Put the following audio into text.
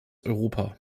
europa